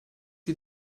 die